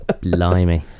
Blimey